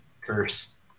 curse